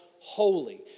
holy